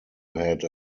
had